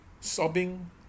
Sobbing